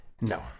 No